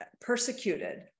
persecuted